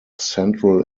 central